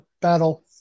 battle